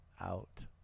out